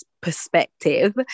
perspective